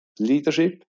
leadership